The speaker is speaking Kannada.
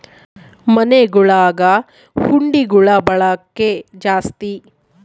ಮನೆಗುಳಗ ಹುಂಡಿಗುಳ ಬಳಕೆ ಜಾಸ್ತಿ